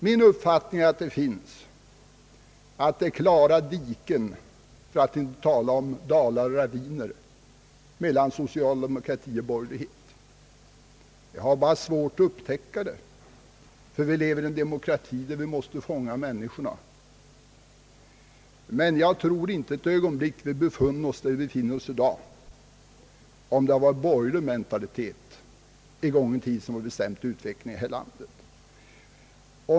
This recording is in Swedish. Min uppfattning är att det finns diken, för att inte tala om «dalar och raviner, mellan socialdemokrati och borgerlighet. Vi har bara svårt att upptäcka dem, ty vi lever i en demokrati, där vi måste fånga människorna. Jag tror dock inte ett ögonblick, att vi skulle ha befunnit oss där vi befinner oss i dag, om det i en gången tid hade varit borgerlig mentalitet som bestämt utvecklingen här i landet.